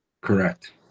correct